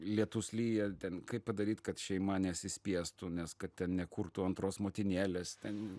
lietus lyja ten kaip padaryt kad šeima nesispiestų nes kad ten nekurtų antros motinėlės ten